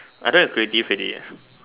I don't have creative already eh